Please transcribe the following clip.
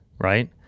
right